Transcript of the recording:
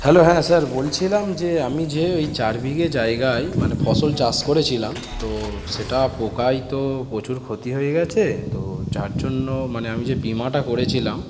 hello হ্যাঁ sir বলছিলাম যে আমি যে ওই চার বিঘে জায়গায় মানে ফসল চাষ করেছিলাম তো সেটা পোকায় তো প্রচুর ক্ষতি হয়ে গেছে তো যার জন্য মানে আমি যে বিমাটা করেছিলাম